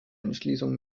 entschließung